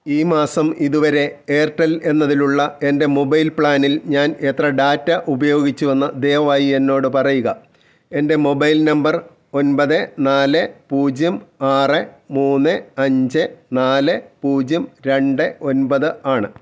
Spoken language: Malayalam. ഈ മാസം ഇതുവരെ എയർടെൽ എന്നതിലുള്ള എന്റെ മൊബൈൽ പ്ലാനിൽ ഞാൻ എത്ര ഡാറ്റ ഉപയോഗിച്ചുവെന്ന് ദയവായി എന്നോട് പറയുക എൻ്റെ മൊബൈൽ നമ്പർ ഒന്പത് നാല് പൂജ്യം ആറ് മൂന്ന് അഞ്ച് നാല് പൂജ്യം രണ്ട് ഒന്പത് ആണ്